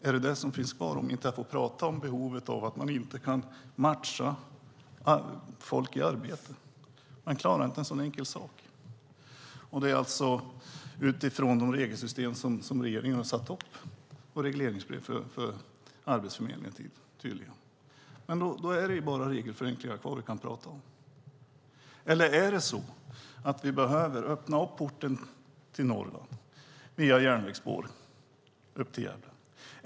Är det vad som finns kvar om jag inte får tala om problemet att man inte kan matcha folk i arbete? Man klarar inte en sådan enkel sak. Det är alltså utifrån de regelsystem regeringen har satt upp och utifrån regleringsbreven till Arbetsförmedlingen, tydligen. Då är det bara regelförenklingar kvar att tala om. Är det så att vi behöver öppna upp porten till Norrland via järnvägsspår upp till Gävle?